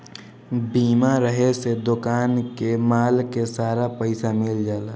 बीमा रहे से दोकान के माल के सारा पइसा मिल जाला